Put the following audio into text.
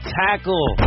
tackle